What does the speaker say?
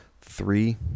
three